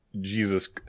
jesus